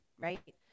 right